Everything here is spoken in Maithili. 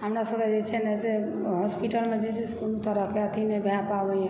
हमरा सभकेँ जे छै न से हॉस्पिटलमे जे छै से कोनो तरहकेँ अथी नहि भए पाबयए